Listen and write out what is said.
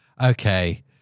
okay